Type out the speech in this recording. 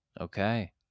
Okay